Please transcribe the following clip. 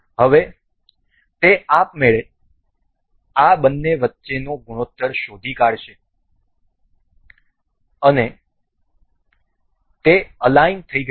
હવે તે આપમેળે આ બંને વચ્ચેનો ગુણોત્તર શોધી કાઢશે અને તે અલાઈન થઈ ગઈ છે